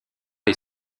est